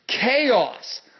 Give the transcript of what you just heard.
Chaos